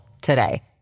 today